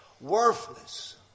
worthless